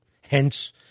Hence